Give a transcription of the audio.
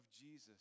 Jesus